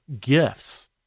gifts